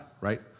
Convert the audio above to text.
right